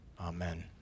Amen